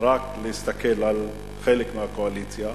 רק להסתכל על חלק מהקואליציה,